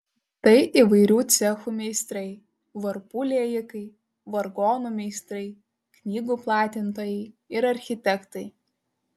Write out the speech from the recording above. tai įvairių cechų meistrai varpų liejikai vargonų meistrai knygų platintojai ir architektai